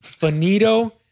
Bonito